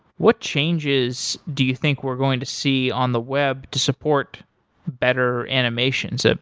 what changes do you think we're going to see on the web to support better animations, ah